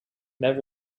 others